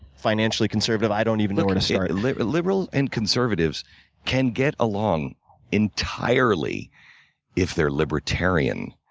financially conservative i don't even know where to start. liberal liberal and conservatives can get along entirely if they're libertarian.